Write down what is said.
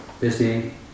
busy